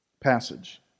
passage